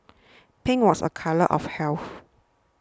pink was a colour of health